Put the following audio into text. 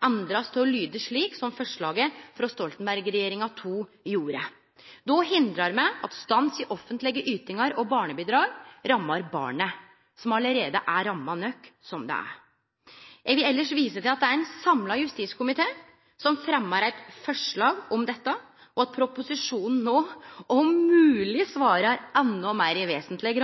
til å lyde slik som i forslaget frå Stoltenberg II-regjeringa. Då hindrar me at stans i offentlege ytingar og barnebidrag rammar barnet, som allereie er ramma nok som det er. Eg vil elles vise til at det er ein samla justiskomité som fremmar eit forslag om dette, og at proposisjonen no – om mogleg – i vesentleg grad svarar endå meir til